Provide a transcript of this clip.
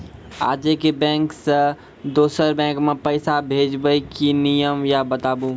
आजे के बैंक से दोसर बैंक मे पैसा भेज ब की नियम या बताबू?